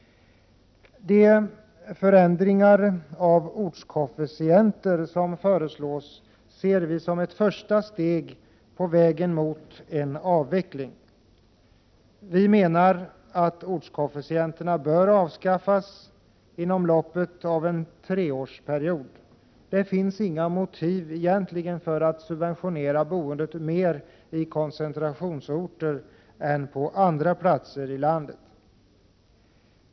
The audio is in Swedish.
De förändringar av ortskoefficienter som föreslås ser vi som ett första steg på vägen mot en avveckling. Vi menar att ortskoefficienterna bör avskaffas inom loppet av en treårsperiod. Det finns inga motiv för att subventionera boendet mer i koncentrationsorter än på andra platser i landet.